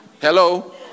hello